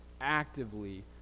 Actively